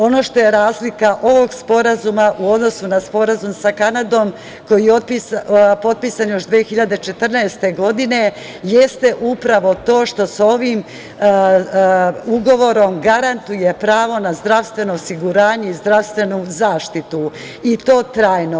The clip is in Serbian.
Ono što je razlika ovog sporazuma u odnosu na sporazum sa Kanadom koji je potpisan još 2014. godine jeste upravo to što sa ovim ugovorom garantuje pravo na zdravstveno osiguranje i zdravstvenu zaštitu i to trajno.